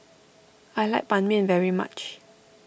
I like Ban Mian very much